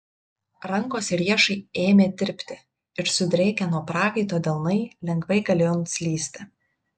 rankos ir riešai ėmė tirpti ir sudrėkę nuo prakaito delnai lengvai galėjo nuslysti